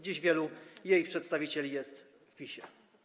Dziś wielu jej przedstawicieli jest w PiS-ie.